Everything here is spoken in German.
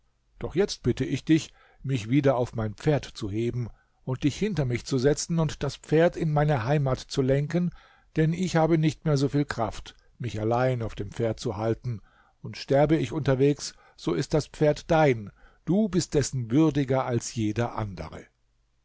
doch jetzt bitte ich dich mich wieder auf mein pferd zu heben und dich hinter mich zu setzen und das pferd in meine heimat zu lenken denn ich habe nicht mehr so viel kraft mich allein auf dem pferd zu halten sterbe ich unterwegs so ist das pferd dein du bist dessen würdiger als jeder andere